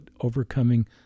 overcoming